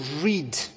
read